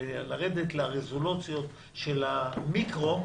לרדת לרזולוציות של המיקרו,